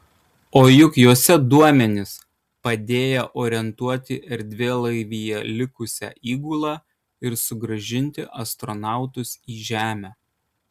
o juk juose duomenys padėję orientuoti erdvėlaivyje likusią įgulą ir sugrąžinti astronautus į žemę